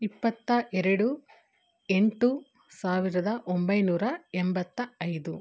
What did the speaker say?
ಇಪ್ಪತ್ತ ಎರಡು ಎಂಟು ಸಾವಿರದ ಒಂಬೈನೂರ ಎಂಬತ್ತ ಐದು